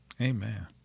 Amen